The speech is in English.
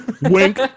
Wink